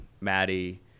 Maddie